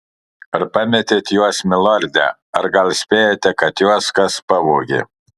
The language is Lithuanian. ar pametėt juos milorde ar gal spėjate kad juos kas pavogė